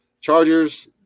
Chargers